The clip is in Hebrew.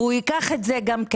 והוא ייקח את זה בחשבון.